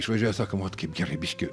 išvažiuoja sako mat kaip gerai biškį